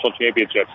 championships